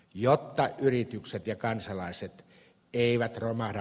jotta yritykset ja kansalaiset eivät romahda